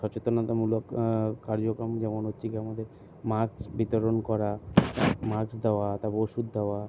সচেতনতামূলক কার্যক্রম যেমন হচ্ছে গিয়ে আমাদের মাস্ক বিতরণ করা মাস্ক দেওয়া তারপর ওষুধ দেওয়া